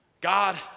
God